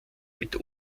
mit